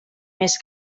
més